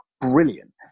brilliant